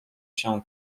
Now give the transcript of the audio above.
się